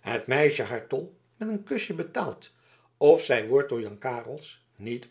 het meisje haar tol met een kusje betaalt of zij wordt door jan carels niet